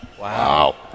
Wow